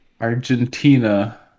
argentina